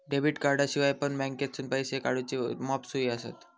debit कार्डाशिवाय पण बँकेतसून पैसो काढूचे मॉप सोयी आसत